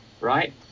Right